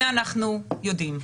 את זה אנחנו יודעים.